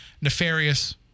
nefarious